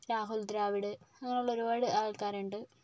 രാഹുൽ ദ്രാവിഡ് അങ്ങനെയുള്ള ഒരുപാട് ആൾക്കാരുണ്ട്